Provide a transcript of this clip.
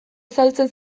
azaltzen